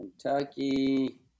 Kentucky